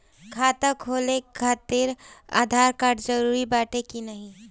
खाता खोले काहतिर आधार कार्ड जरूरी बाटे कि नाहीं?